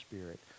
spirit